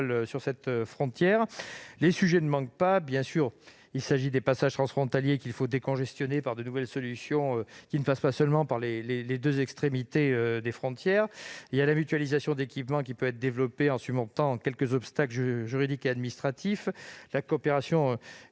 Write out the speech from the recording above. sur cette frontière. Les sujets ne manquent pas. Bien entendu, il s'agit des passages transfrontaliers, qu'il faut décongestionner par de nouvelles solutions ne passant pas seulement par les deux extrémités des frontières. Ainsi, la mutualisation d'équipements peut être développée en surmontant quelques obstacles juridiques et administratifs. Vous avez